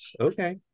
Okay